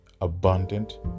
abundant